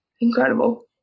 incredible